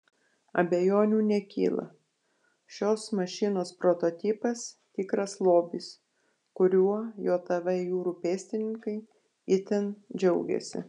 abejonių nekyla šios mašinos prototipas tikras lobis kuriuo jav jūrų pėstininkai itin džiaugiasi